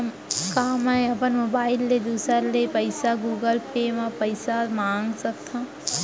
का मैं अपन मोबाइल ले दूसर ले पइसा गूगल पे म पइसा मंगा सकथव?